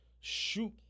shoot